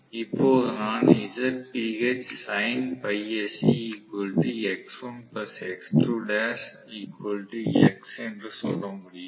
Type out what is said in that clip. இப்போது நான் என்று சொல்ல முடியும்